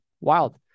Wild